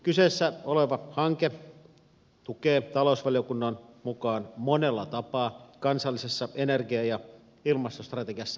kyseessä oleva hanke tukee talousvaliokunnan mukaan monella tapaa kansallisessa energia ja ilmastostrategiassa asetettuja tavoitteita